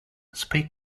speak